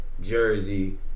Jersey